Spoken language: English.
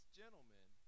gentlemen